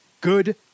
good